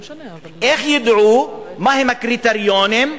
איך ידעו מהם הקריטריונים,